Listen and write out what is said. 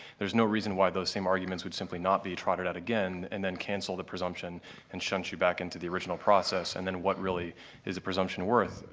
there's no reason why those same arguments would simply not be trotted out again and then cancel the presumption and shunt you back into the original process. and then, what really is the presumption worth,